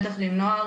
בטח עם נוער,